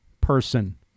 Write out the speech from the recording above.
person